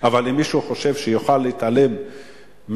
אבל אם מישהו חושב שהוא יוכל להתעלם מאתנו,